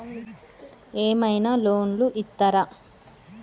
ఏమైనా లోన్లు ఇత్తరా?